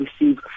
receive